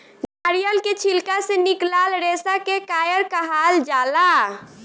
नारियल के छिलका से निकलाल रेसा के कायर कहाल जाला